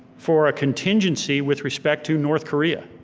for a contingency, with respect to north korea.